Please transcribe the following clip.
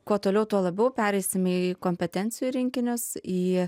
kuo toliau tuo labiau pereisim į kompetencijų rinkinius į